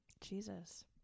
Jesus